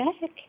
back